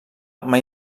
mai